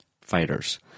fighters